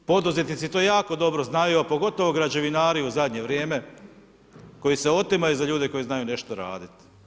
Poduzetnici to jako dobro znaju, a pogotovo građevinari u zadnje vrijeme koji se otimaju za ljude koji znaju nešto raditi.